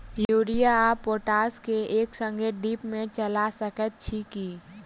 Urea आ potash केँ एक संगे ड्रिप मे चला सकैत छी की?